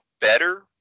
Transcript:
better